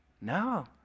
No